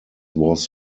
was